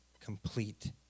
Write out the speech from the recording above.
complete